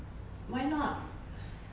why not